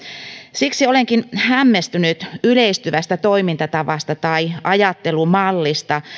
siksi olenkin hämmästynyt yleistyvästä toimintatavasta tai ajattelumallista